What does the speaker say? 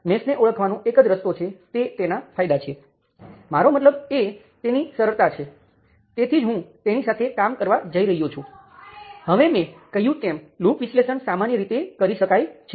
તેથી આ નિયંત્રિત સ્ત્રોતને ફરીથી Gm R13 × i1 i3 તરીકે લખી શકાય છે